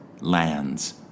lands